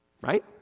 right